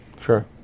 Sure